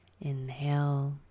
inhale